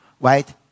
right